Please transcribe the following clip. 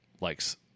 likes